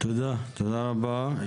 תודה רבה.